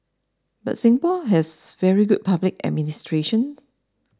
but Singapore has very good public administration